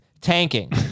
tanking